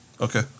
Okay